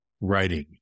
writing